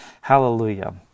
Hallelujah